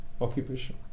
occupation